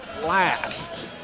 Last